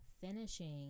finishing